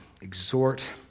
exhort